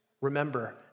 Remember